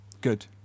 good